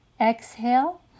exhale